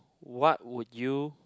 what would you